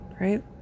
Right